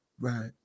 Right